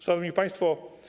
Szanowni Państwo!